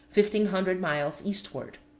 fifteen hundred miles eastward.